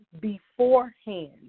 beforehand